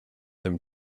them